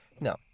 no